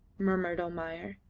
murmured almayer,